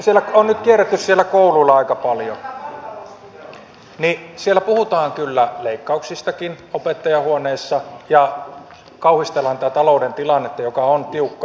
siellä kouluilla on nyt kierretty aika paljon ja siellä puhutaan kyllä leikkauksistakin opettajainhuoneessa ja kauhistellaan tätä talouden tilannetta joka on tiukka